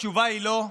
התשובה היא לא,